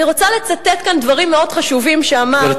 אני רוצה לצטט כאן דברים מאוד חשובים שאמר,